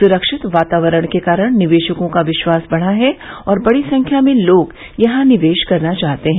सुरक्षित वातावरण के कारण निवेशकों का विश्वास बढ़ा है और बड़ी संख्या में लोग यहां निवेश करना चाहते हैं